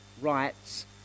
rights